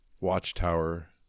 watchtower